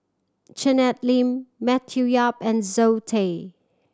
Janet Lim Matthew Yap and Zoe Tay